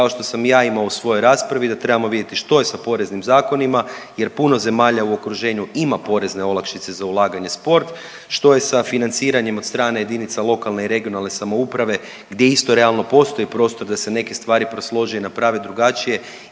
kao što sam i ja imao u svojoj raspravi da trebamo vidjeti što je sa poreznim zakonima jer puno zemalja u okruženju ima porezne olakšice za ulaganja u sport, što je sa financiranjem od strane jedinica lokalne i regionalne samouprave gdje isto realno postoji prostor da se neke stvari preslože i naprave drugačije